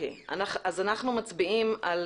אנחנו מצביעים על